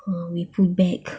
oh we put back